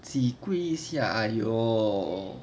几贵一下 !aiyo!